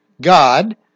God